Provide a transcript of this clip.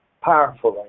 powerfully